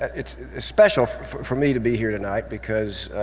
it's special for me to be here tonight, because